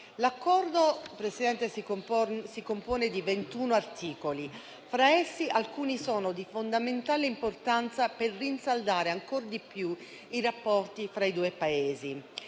si compone di 21 articoli. Fra essi, alcuni sono di fondamentale importanza per rinsaldare ancor di più i rapporti fra i due Paesi.